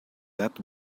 that